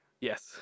Yes